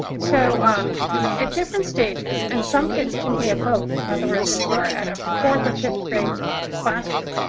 so um at different stages and some kids can be at both. in other words, if you're at a fourth or fifth grade classroom,